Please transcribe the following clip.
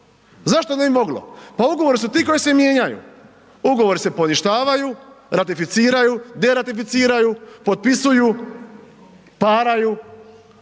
zašto ne bi moglo, pa ugovori su ti koji se mijenjaju, ugovori se poništavaju, ratificiraju, deratificiraju, potpisuju, paraju,